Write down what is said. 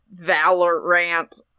Valorant